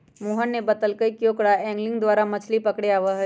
मोहन ने बतल कई कि ओकरा एंगलिंग द्वारा मछ्ली पकड़े आवा हई